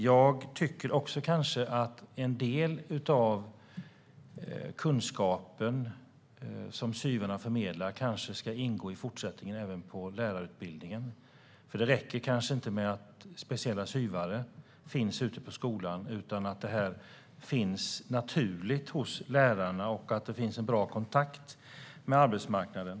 Jag tycker att en del av den kunskap som SYV:arna förmedlar ska ingå i lärarutbildningen i fortsättningen. Det räcker inte att det finns SYV:are på skolorna. Denna kunskap ska finnas naturligt hos lärarna liksom en bra kontakt med arbetsmarknaden.